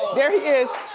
there he is.